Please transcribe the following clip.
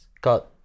got